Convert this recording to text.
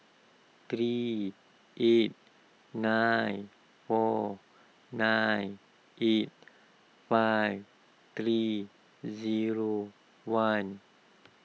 three eight nine four nine eight five three zero one